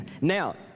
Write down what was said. Now